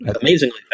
Amazingly